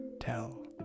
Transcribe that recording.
tell